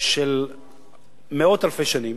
של מאות אלפי שנים,